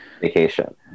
vacation